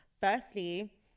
Firstly